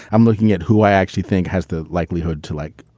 i'm looking at who i actually think has the likelihood to, like,